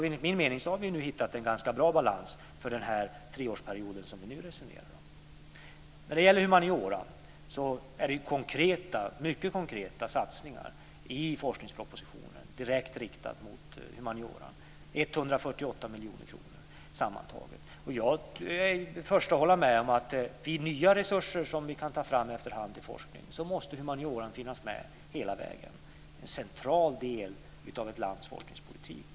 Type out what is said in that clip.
Enligt min mening har vi nu hittat en ganska bra balans för den treårsperiod vi resonerar om. Det görs mycket konkreta satsningar på humaniora i forskningspropositionen, sammantaget 148 miljoner kronor direkt riktat mot humaniora. När vi efter hand kan ta fram nya resurser till forskningen måste humanioran finnas med hela vägen. Jag är den förste att hålla med om det. Det är en central del av ett lands forskningspolitik.